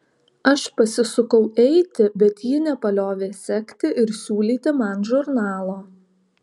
aš pasisukau eiti bet ji nepaliovė sekti ir siūlyti man žurnalo